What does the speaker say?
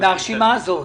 החל מהרשימה הזאת.